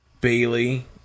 Bailey